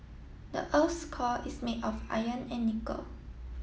the earth's core is made of iron and nickel